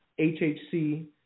HHC